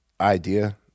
idea